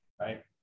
Right